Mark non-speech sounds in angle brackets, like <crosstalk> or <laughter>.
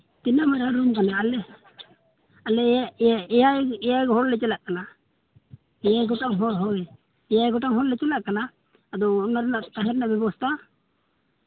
ᱛᱤᱱᱟᱹᱜ ᱢᱟᱨᱟᱝ ᱨᱩᱢ ᱠᱟᱱᱟ <unintelligible> ᱟᱞᱮ ᱮᱭᱟᱭ ᱮᱭᱟᱭ ᱦᱚᱲ ᱞᱮ ᱪᱟᱞᱟᱜ ᱠᱟᱱᱟ ᱦᱮᱸ ᱟᱹᱜᱩ ᱠᱚᱣᱟᱢ ᱦᱚᱲ ᱦᱳᱭ ᱮᱭᱟᱭ ᱜᱚᱴᱟᱝ ᱦᱚᱲ ᱞᱮ ᱪᱟᱞᱟᱜ ᱠᱟᱱᱟ ᱟᱫᱚ ᱚᱱᱟ ᱨᱮᱱᱟᱜ ᱛᱟᱦᱮᱱ ᱨᱮᱱᱟᱜ ᱵᱮᱵᱚᱥᱛᱟ